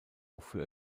wofür